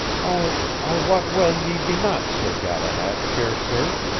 i. i wot well ye be not sir galahad, fair sir.